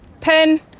Pen